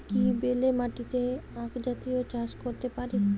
আমি কি বেলে মাটিতে আক জাতীয় চাষ করতে পারি?